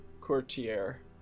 courtier